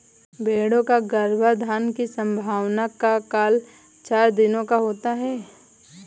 भेंड़ों का गर्भाधान की संभावना का काल चार दिनों का होता है